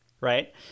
right